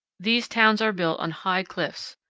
these towns are built on high cliffs.